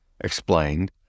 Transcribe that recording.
explained